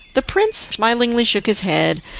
the prince smilingly shook his head,